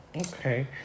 Okay